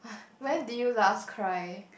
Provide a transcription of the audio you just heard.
when did you last cry